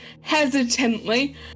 hesitantly